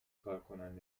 کارکنان